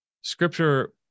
Scripture